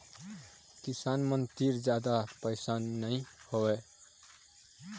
किसान मन तीर जादा पइसा नइ होवय